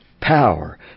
power